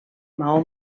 maó